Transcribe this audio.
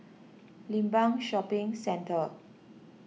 Limbang Shopping Centre